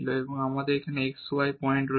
এবং এখন আমাদের এখানে xy পয়েন্ট আছে